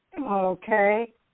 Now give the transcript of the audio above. Okay